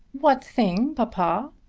what thing, papa?